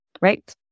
Right